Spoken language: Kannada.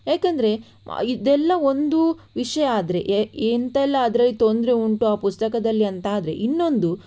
ಯಾಕೆಂದರೆ ಇದೆಲ್ಲ ಒಂದು ವಿಷಯ ಆದರೆ ಎ ಎಂಥೆಲ್ಲ ಅದರಲ್ಲಿ ತೊಂದರೆ ಉಂಟು ಆ ಪುಸ್ತಕದಲ್ಲಿ ಅಂತಾದರೆ ಇನ್ನೊಂದು